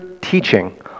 teaching